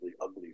ugly